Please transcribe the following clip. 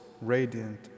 radiant